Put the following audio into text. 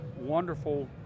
wonderful